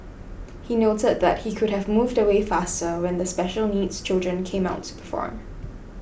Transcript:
he noted that he could have moved away faster when the special needs children came out to perform